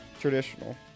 traditional